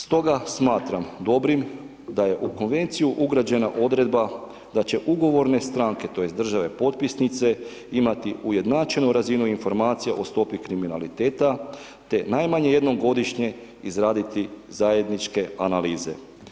Stoga smatram dobrim da je u Konvenciju ugrađena odredba da će ugovorne stranke, tj. države potpisnice imati ujednačenu razinu informacija o stopi kriminaliteta te najmanje jednom godišnje izraditi zajedničke analize.